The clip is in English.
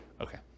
Okay